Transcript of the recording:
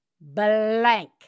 Blank